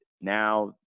now